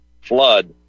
flood